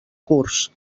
curs